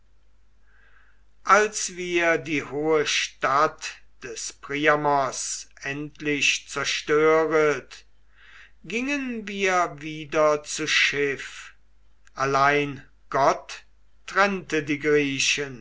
als wir die hohe stadt des priamos endlich zerstöret gingen wir wieder zu schiff allein gott trennte die griechen